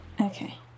Okay